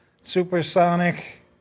supersonic